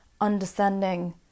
understanding